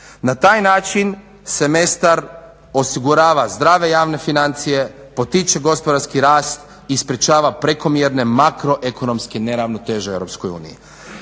Na taj način semestar osigurava zdrave javne financije, potiče gospodarski rast, i sprečava prekomjerne makroekonomske neravnoteže u EU i